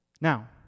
Now